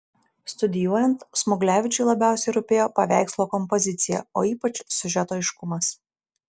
studijuojant smuglevičiui labiausiai rūpėjo paveikslo kompozicija o ypač siužeto aiškumas